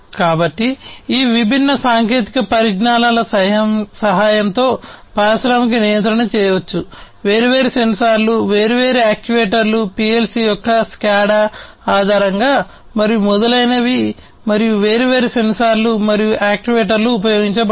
కాబట్టి ఈ విభిన్న సాంకేతిక పరిజ్ఞానాల సహాయంతో పారిశ్రామిక నియంత్రణ చేయవచ్చు వేర్వేరు సెన్సార్లు వేర్వేరు యాక్యుయేటర్లు PLC యొక్క SCADA ఆధారంగా మరియు మొదలైనవి మరియు వేర్వేరు సెన్సార్లు మరియు యాక్యుయేటర్లు ఉపయోగించబడతాయి